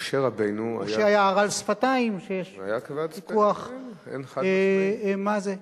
משה היה ערל שפתיים, ויש ויכוח מה זה.